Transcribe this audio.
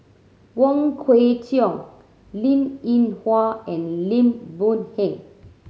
Wong Kwei Cheong Linn In Hua and Lim Boon Heng